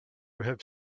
have